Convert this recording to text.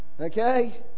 Okay